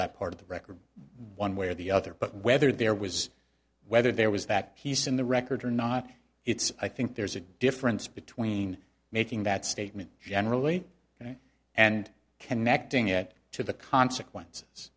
that part of the record one way or the other but whether there was whether there was that he's in the records or not it's i think there's a difference between making that statement generally and and connecting it to the consequences